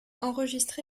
enregistré